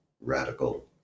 radical